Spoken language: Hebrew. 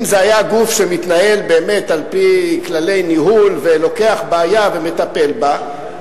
אם זה היה גוף שמתנהל באמת על-פי כללי ניהול ולוקח בעיה ומטפל בה,